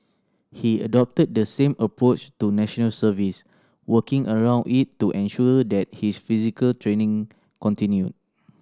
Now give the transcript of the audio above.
he adopted the same approach to National Service working around it to ensure that his physical training continued